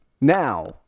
now